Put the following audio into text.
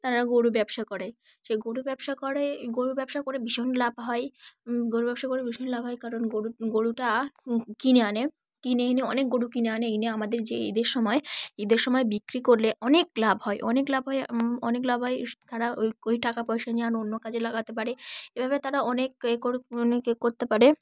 তারা গরু ব্যবসা করে সেই গরু ব্যবসা করে গরুর ব্যবসা করে ভীষণ লাভ হয় গরুর ব্যবসা করে ভীষণ লাভ হয় কারণ গরু গরুটা কিনে আনে কিনে এনে অনেক গরু কিনে আনে এনে আমাদের যে ঈদের সময় ঈদের সময় বিক্রি করলে অনেক লাভ হয় অনেক লাভ হয় অনেক লাভ হয় তারা ওই ওই টাকা পয়সা নিয়ে আর অন্য কাজে লাগাতে পারে এভাবে তারা অনেক এ করে অনেক এ করতে পারে